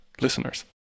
listeners